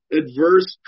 adverse